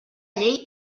llei